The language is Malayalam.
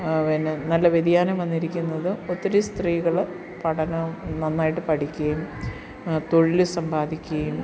പിന്നെ നല്ല വ്യത്യാനം വന്നിരിക്കുന്നത് ഒത്തിരി സ്ത്രീകൾ പഠനം നന്നായിട്ട് പഠിക്കുകയും തൊഴിൽ സമ്പാദിക്കുകയും